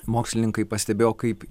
mokslininkai pastebėjo kaip